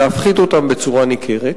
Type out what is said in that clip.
להפחית אותם בצורה ניכרת.